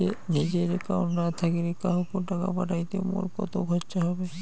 নিজের একাউন্ট না থাকিলে কাহকো টাকা পাঠাইতে মোর কতো খরচা হবে?